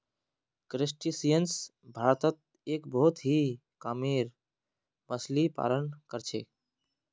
crustaceans भारतत एक बहुत ही कामेर मच्छ्ली पालन कर छे